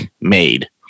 made